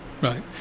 Right